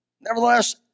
Nevertheless